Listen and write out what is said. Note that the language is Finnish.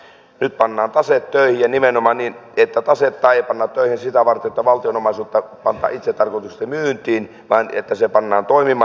on tärkeää huomata että nyt pannaan taseet töihin ja nimenomaan niin että tasetta ei panna töihin sitä varten että valtion omaisuutta pannaan itsetarkoituksellisesti myyntiin vaan että se pannaan toimimaan